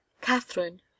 Catherine